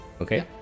Okay